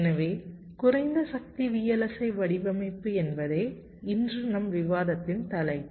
எனவே குறைந்த சக்தி VLSI வடிவமைப்பு என்பதே இன்று நம் விவாதத்தின் தலைப்பு